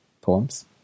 poems